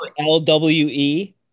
LWE